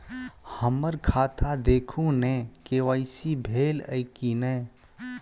हम्मर खाता देखू नै के.वाई.सी भेल अई नै?